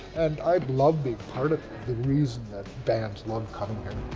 and i love being part of the reason that bands love coming here.